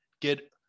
get